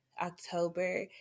october